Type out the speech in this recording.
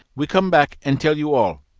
we come back and tell you all.